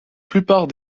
plupart